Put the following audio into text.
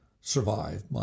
survive